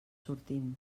sortim